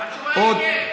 התשובה היא כן.